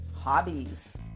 hobbies